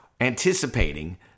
anticipating